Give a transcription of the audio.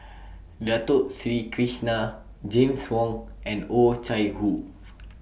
Dato Sri Krishna James Wong and Oh Chai Hoo